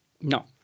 No